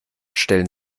stellen